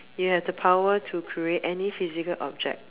you have the power to create any physical object